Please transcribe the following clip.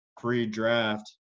pre-draft